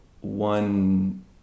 one